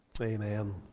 Amen